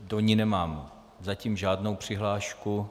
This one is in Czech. Do ní nemám zatím žádnou přihlášku.